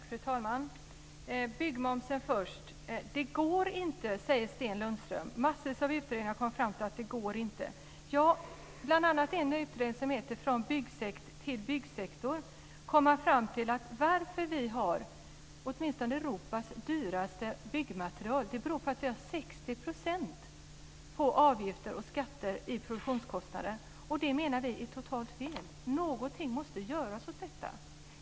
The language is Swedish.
Fru talman! Det går inte att sänka byggmomsen, säger Sten Lundström - massor av utredningar har kommit fram till att det inte går. Bl.a. en utredning som heter Från byggsekt till byggsektor kom fram till att vi har Europas dyraste byggmaterial på grund av att vi har 60 % på avgifter och skatter i produktionskostnader. Vi menar att det är totalt fel. Någonting måste göras åt detta.